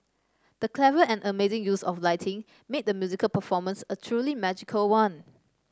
the clever and amazing use of lighting made the musical performance a truly magical one